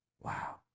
wow